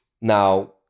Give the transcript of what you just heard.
now